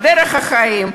בדרך החיים,